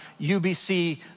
UBC